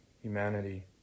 humanity